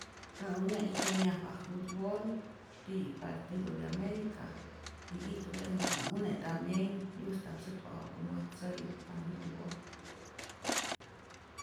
Ä une' kyenyajpa jutbol ti' partido de america y ijtupä emä äj une tambien gyustatzäkpa ja'ku mäjtzäyu con jutbol.